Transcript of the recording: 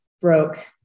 broke